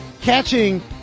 catching